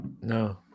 No